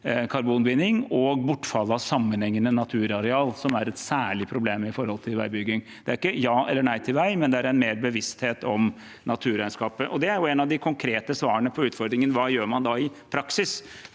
og bortfall av sammenhengende naturareal, som særlig er et problem i veibygging. Det er ikke ja eller nei til vei, men det er mer bevissthet om naturregnskapet. Det er en av de konkrete svarene på utfordringen om hva man gjør i praksis.